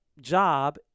job